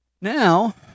Now